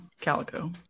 calico